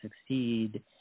succeed